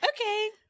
Okay